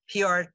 PR